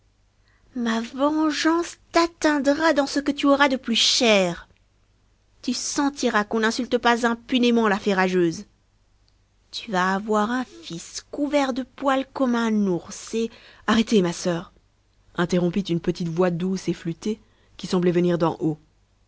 ma vengeance t'atteindra dans ce que tu auras de plus cher tu sentiras qu'on n'insulte pas impunément la fée rageuse tu vas avoir un fils couvert de poils comme un ours et illustration agnella leva la tête et vit une alouette arrêtez ma soeur interrompit une petite voix douce et flûtée qui semblait venir d'en haut